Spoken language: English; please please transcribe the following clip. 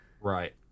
Right